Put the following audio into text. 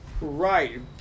right